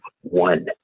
one